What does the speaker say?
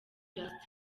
just